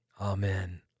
Amen